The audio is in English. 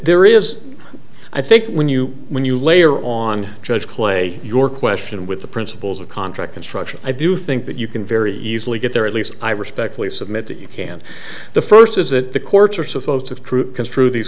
there is i think when you when you layer on judge clay your question with the principles of contract construction i do think that you can very easily get there at least i respectfully submit that you can't the first is that the courts are supposed to